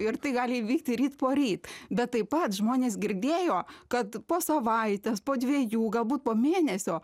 ir tai gali įvykti ryt poryt bet taip pat žmonės girdėjo kad po savaitės po dviejų galbūt po mėnesio